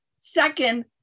second